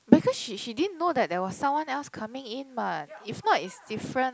because she she didn't know that there was something else coming in [what] if not it's different